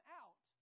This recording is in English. out